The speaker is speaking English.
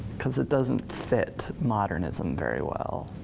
cause it doesn't fit modernism very well.